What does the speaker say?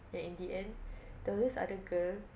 then in the end there was this other girl